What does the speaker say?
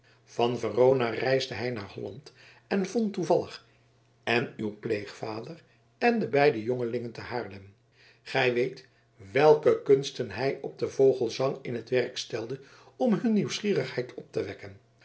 van verona reisde hij naar holland en vond toevallig èn uw pleegvader èn de beide jongelingen te haarlem gij weet welke kunsten hij op den vogelesang in t werk stelde om hun nieuwsgierigheid op te wekken